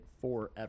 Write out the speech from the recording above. forever